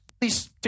Please